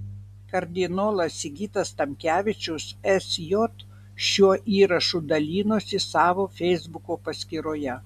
kardinolas sigitas tamkevičius sj šiuo įrašu dalinosi savo feisbuko paskyroje